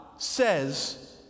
Says